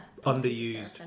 Underused